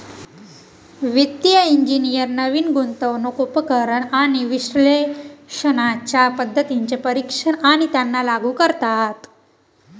वित्तिय इंजिनियर नवीन गुंतवणूक उपकरण आणि विश्लेषणाच्या पद्धतींचे परीक्षण आणि त्यांना लागू करतात